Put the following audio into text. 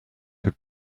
have